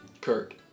Kirk